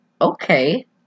okay